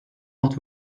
not